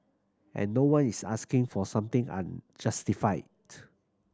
and no one is asking for something unjustified